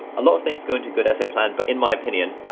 a lot of things go into good essay plan but in my opinion,